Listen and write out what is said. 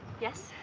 yes.